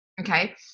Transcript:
okay